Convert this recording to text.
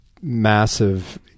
massive